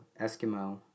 Eskimo